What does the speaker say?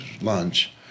lunch